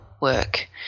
work